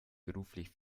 beruflich